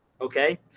okay